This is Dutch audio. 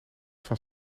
van